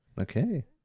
Okay